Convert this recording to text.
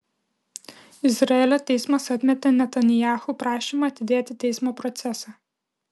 izraelio teismas atmetė netanyahu prašymą atidėti teismo procesą